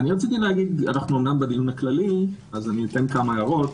אנחנו אמנם בדיון הכללי אז אתן כמה הערות.